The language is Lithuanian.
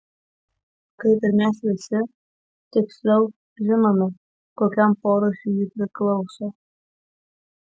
kaip ir mes visi tiksliau žinome kokiam porūšiui ji priklauso